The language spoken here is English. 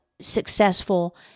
successful